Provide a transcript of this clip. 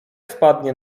spadnie